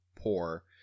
poor